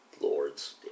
Lords